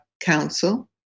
Council